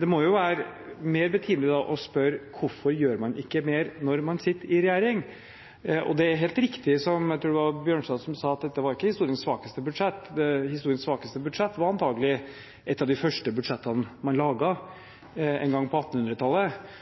Det må jo være mer betimelig å spørre: Hvorfor gjør man ikke mer når man sitter i regjering? Det er helt riktig – jeg tror det var Bjørnstad som sa det – at dette ikke er historiens svakeste budsjett. Historiens svakeste budsjett var antakelig et av de første budsjettene man laget en gang på